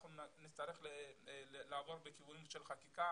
אנחנו נצטרך לעבור לכיוון של חקיקה